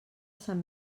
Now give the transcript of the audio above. sant